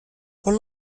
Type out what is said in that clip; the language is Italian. con